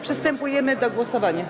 Przystępujemy do głosowania.